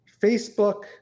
Facebook